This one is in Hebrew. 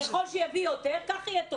ככל שיביא יותר כך יהיה טוב,